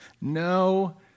No